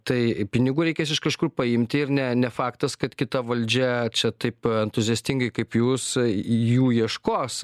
tai pinigų reikės iš kažkur paimti ir ne ne faktas kad kita valdžia čia taip entuziastingai kaip jūs jų ieškos